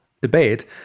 debate